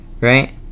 right